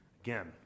again